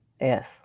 Yes